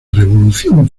revolución